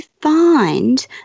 find